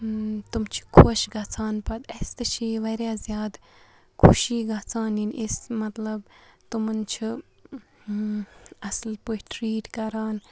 تم چھِ خۄش گژھان پَتہٕ اَسہِ تہِ چھِ یہِ واریاہ زیادٕ خوشی گژھان ییٚلہِ أسۍ مطلب تِمَن چھِ اَصٕل پٲٹھۍ ٹرٛیٖٹ کَران